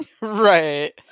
Right